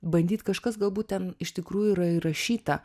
bandyt kažkas galbūt ten iš tikrųjų yra įrašyta